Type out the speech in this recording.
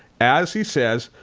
as he says,